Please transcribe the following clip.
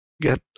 get